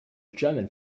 german